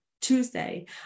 Tuesday